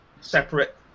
separate